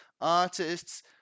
artists